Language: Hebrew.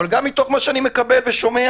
אבל גם מתוך מה שאני מקבל ושומע,